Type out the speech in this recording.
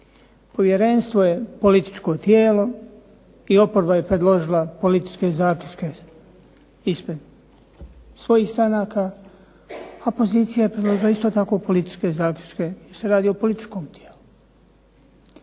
Povjerenstvo je političko tijelo i oporba je predložila političke zaključke ispred svojih stranaka, a pozicija je predložila isto tako političke zaključke jer se radi o političkom tijelu.